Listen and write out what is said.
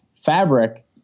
fabric